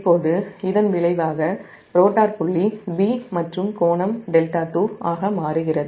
இப்போது இதன் விளைவாக ரோட்டார் புள்ளி 'b' மற்றும் கோணம் δ2ஆக மாறுகிறது